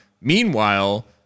meanwhile